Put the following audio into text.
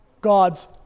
God's